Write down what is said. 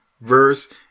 verse